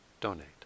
donate